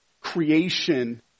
creation